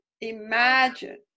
Imagine